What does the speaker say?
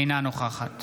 אינה נוכחת